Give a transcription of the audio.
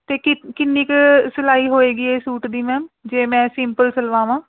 ਅਤੇ ਕੀ ਕਿੰਨੀ ਕੁ ਸਿਲਾਈ ਹੋਵੇਗੀ ਇਹ ਸੂਟ ਦੀ ਮੈਮ ਜੇ ਮੈਂ ਸਿਮਪਲ ਸਿਲਵਾਵਾ